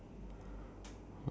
okay ya